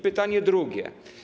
Pytanie drugie.